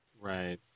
Right